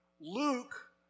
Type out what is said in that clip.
Luke